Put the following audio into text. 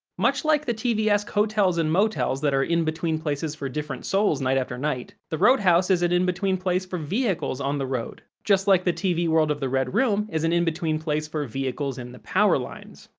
much like the tv-esque hotels and motels that are in-between places for different souls night after night, the roadhouse is an in-between place for vehicles on the road, just like the tv world of the red room is an in-between place for vehicles in the power lines.